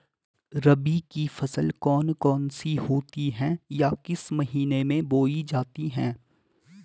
रबी की फसल कौन कौन सी होती हैं या किस महीने में बोई जाती हैं?